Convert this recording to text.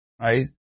right